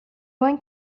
one